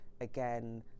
again